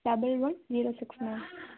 double one zero six nine